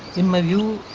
in my view,